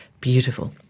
Beautiful